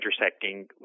intersecting